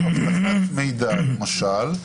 אבטחת מידע למשל,